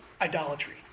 Idolatry